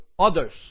others